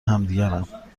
همدیگرند